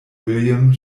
william